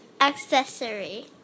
Accessory